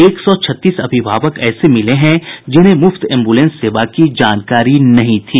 एक सौ छत्तीस अभिभावक ऐसे मिले हैं जिन्हें मुफ्त एम्बुलेंस सेवा की जानकारी नहीं थी